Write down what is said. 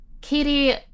Katie